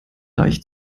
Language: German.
deich